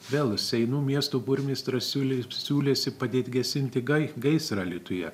vėl seinų miesto burmistras siūlė siūlėsi padėti gesinti gai gaisrą alytuje